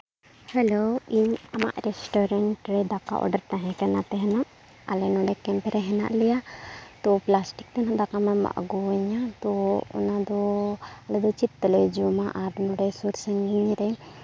hello ᱤᱧ ᱟᱢᱟᱜ restaurant ᱨᱮ ᱫᱟᱠᱟ ᱚᱰᱟᱨ ᱛᱟᱦᱮᱸ ᱠᱟᱱᱟ ᱛᱟᱦᱮᱱᱚᱜ ᱟᱞᱮ ᱱᱚᱰᱮ ᱠᱮᱢᱯ ᱨᱮ ᱦᱮᱱᱟᱜ ᱞᱮᱭᱟ ᱛᱚ ᱯᱮᱞᱟᱥᱴᱤᱠ ᱛᱮᱦᱟᱸᱜ ᱫᱟᱠᱟᱢ ᱟᱹᱜᱩ ᱟᱹᱧᱟᱹ ᱛᱚ ᱚᱱᱟ ᱫᱚ ᱟᱞᱮ ᱪᱮᱫ ᱛᱮᱞᱮ ᱡᱚᱢᱟ ᱟᱨ ᱱᱚᱰᱮ ᱥᱩᱨ ᱥᱟᱺᱜᱤᱧ ᱨᱮ